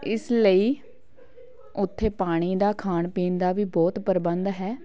ਇਸ ਲਈ ਉੱਥੇ ਪਾਣੀ ਦਾ ਖਾਣ ਪੀਣ ਦਾ ਵੀ ਬਹੁਤ ਪ੍ਰਬੰਧ ਹੈ